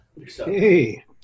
hey